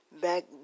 back